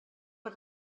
per